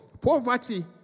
Poverty